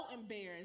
embarrassed